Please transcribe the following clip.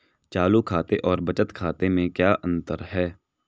चालू खाते और बचत खाते में क्या अंतर है?